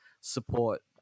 support